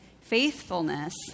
faithfulness